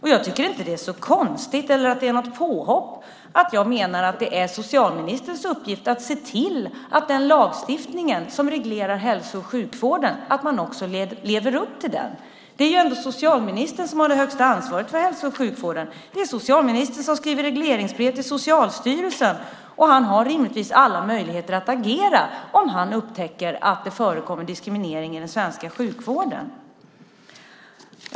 Jag tycker inte att det är så konstigt eller att det är något påhopp att jag menar att det är socialministerns uppgift att se till att man lever upp till den lagstiftning som reglerar hälso och sjukvården. Det är ändå socialministern som har det högsta ansvaret för hälso och sjukvården. Det är socialministern som skriver regleringsbrev till Socialstyrelsen, och han har rimligtvis alla möjligheter att agera om han upptäcker att det förekommer diskriminering i den svenska sjukvården.